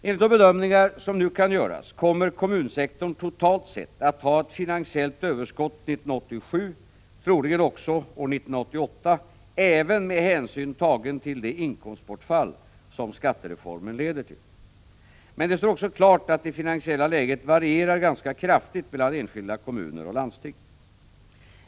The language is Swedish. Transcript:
Enligt de bedömningar som nu kan göras kommer kommunsektorn totalt sett att ha ett finansiellt överskott år 1987, troligen också år 1988, även med hänsyn tagen till det inkomstbortfall som skattereformen leder till. Men det står också klart att det finansiella läget varierar ganska kraftigt mellan enskilda kommuner och landsting.